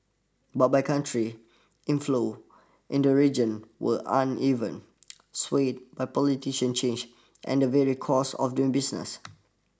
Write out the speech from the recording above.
but by country inflows into region were uneven swayed by politician changed and the vary costs of doing business